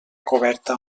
coberta